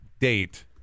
date